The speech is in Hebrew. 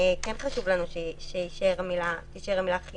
כן חשוב לנו שתישאר המילה חיוני,